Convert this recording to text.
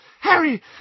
Harry